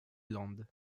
land